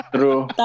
True